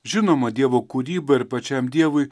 žinoma dievo kūryba ir pačiam dievui